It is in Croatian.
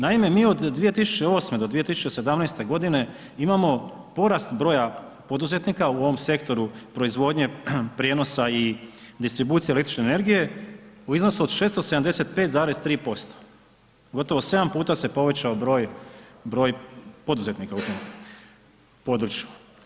Naime mi od 2008. do 2017. g. imamo porast broja poduzetnika u ovom sektoru, proizvodnje, prijenosa i distribucija električne energije u iznosu od 675,3%, gotovo 7 puta se povećao broj poduzetnika u tom području.